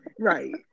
Right